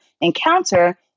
encounter